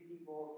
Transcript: People